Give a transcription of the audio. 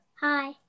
hi